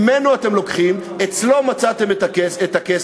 ממנו אתם לוקחים, אצלו מצאתם את הכסף.